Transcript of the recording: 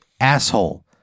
asshole